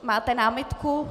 Máte námitku?